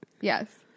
Yes